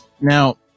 Now